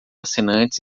assinantes